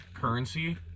currency